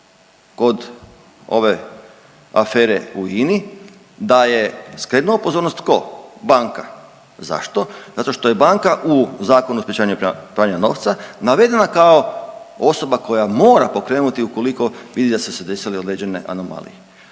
kod ove afere u INA-i da je skrenuo pozornost tko? Banka. Zašto? Zato što je banka u Zakonu o sprečavanju pranja novca navedena kao osoba koja mora pokrenuti ukoliko vidi da su se desile određene anomalije.